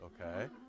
okay